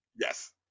Yes